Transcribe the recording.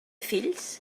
fills